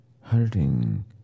hurting